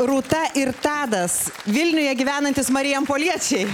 rūta ir tadas vilniuje gyvenantys marijampoliečiai